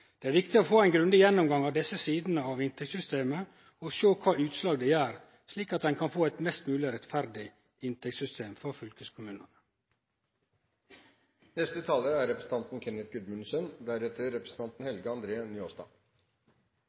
Det er viktig å få ein grundig gjennomgang av desse sidene av inntektssystemet og sjå kva utslag det gjer, slik at ein kan få eit mest mogleg rettferdig inntektssystem